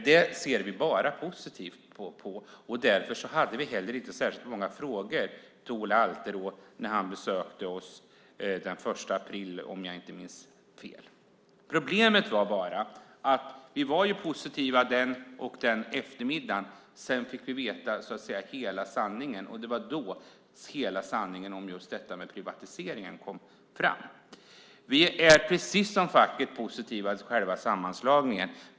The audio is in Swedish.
Det ser vi bara positivt på. Därför hade vi heller inte särskilt många frågor till Ola Alterå när han besökte oss den 1 april, om jag inte minns fel. Vi var positiva den eftermiddagen. Problemet var att vi sedan fick veta hela sanningen om privatiseringen. Vi är precis som facket positiva till själva sammanslagningen.